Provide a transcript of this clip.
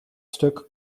stuk